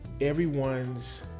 everyone's